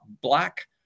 Black